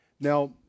now